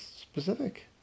specific